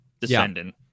descendant